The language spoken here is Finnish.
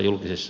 puhemies